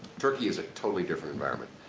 turkey is a totally different environment.